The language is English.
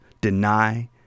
deny